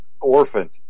orphaned